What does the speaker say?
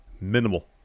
minimal